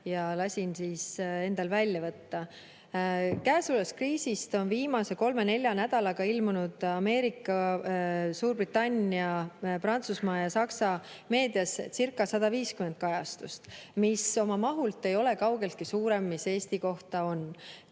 jaoks [numbrid] välja [otsida]. Käesolevast kriisist on viimase kolme-nelja nädalaga ilmunud Ameerika, Suurbritannia, Prantsusmaa ja Saksa meediascirca150 kajastust, mis oma mahult ei ole kaugeltki rohkem, kui Eesti kohta